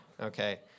okay